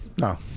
No